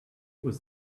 was